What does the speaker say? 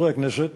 חברי הכנסת,